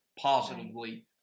positively